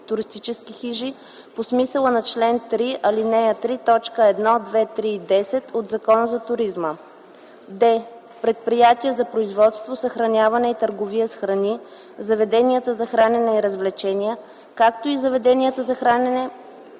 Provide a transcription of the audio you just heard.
туристически хижи по смисъла на чл. 3, ал. 3, точки 1, 2, 3 и 10 от Закона за туризма; д) предприятия за производство, съхраняване и търговия с храни, заведенията за хранене и развлечения, както и заведенията за хранене,